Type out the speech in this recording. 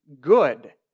good